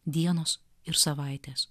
dienos ir savaitės